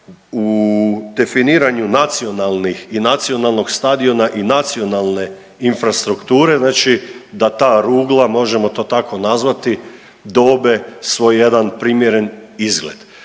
u definiranju nacionalnih, i nacionalnog stadiona i nacionalne infrastrukture znači da ta rugla možemo to tako nazvati dobe svoj jedan primjeren izgled.